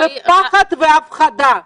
פחד והפחדה.